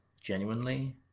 genuinely